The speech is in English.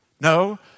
No